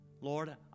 Lord